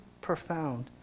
profound